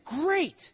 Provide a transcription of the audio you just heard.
great